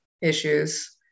issues